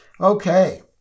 Okay